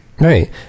Right